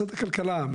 משרד הכלכלה,